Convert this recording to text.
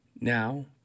Now